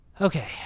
Okay